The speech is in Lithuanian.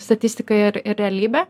statistiką ir ir realybę